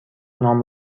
نام